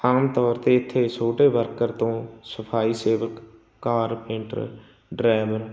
ਆਮ ਤੌਰ 'ਤੇ ਇੱਥੇ ਛੋਟੇ ਵਰਕਰ ਤੋਂ ਸਫਾਈ ਸੇਵਕ ਕਾਰਪੈਂਟਰ ਡਰਾਈਵਰ